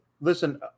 listen